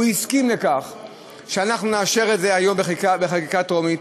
והוא הסכים שאנחנו נאשר את זה היום בקריאה טרומית,